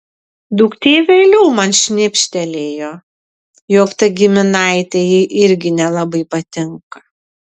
duktė vėliau man šnibžtelėjo jog ta giminaitė jai irgi nelabai patinka